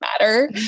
matter